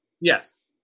Yes